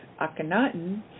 Akhenaten